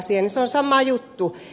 se on sama juttu